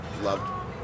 loved